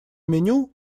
меню